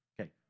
Okay